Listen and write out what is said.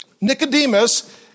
Nicodemus